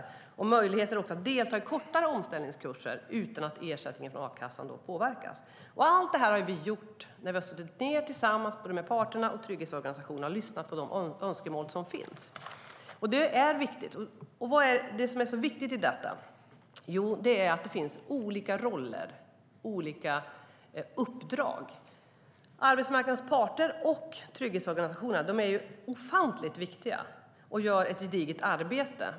Det handlar också om möjligheter att delta i kortare omställningskurser utan att ersättningen från a-kassan påverkas. Allt detta har vi gjort när vi har suttit ned tillsammans med både parterna och trygghetsorganisationerna och lyssnat på de önskemål som finns. Det är viktigt. Och vad är det då som är så viktigt i detta? Jo, det är att det finns olika roller och olika uppdrag. Arbetsmarknadens parter och trygghetsorganisationerna är ofantligt viktiga, och de gör ett gediget arbete.